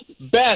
best